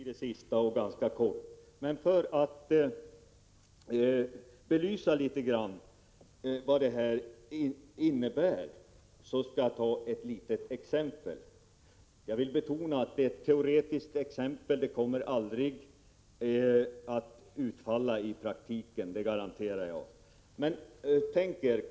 Herr talman! För att något belysa vad denna regel innebär skall jag ta ett litet exempel. Jag vill betona att det är ett teoretiskt exempel, som aldrig kommer att inträffa i praktiken — det garanterar jag.